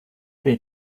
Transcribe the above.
their